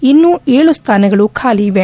ಇನ್ನೂ ವಿಳು ಸ್ಥಾನಗಳು ಖಾಲಿ ಇವೆ